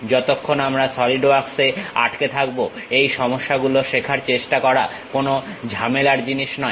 যতক্ষণ আমরা সলিড ওয়ার্কসে আটকে থাকবো এই সমস্যাগুলো শেখার চেষ্টা করা কোনো ঝামেলার জিনিস নয়